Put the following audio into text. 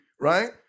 right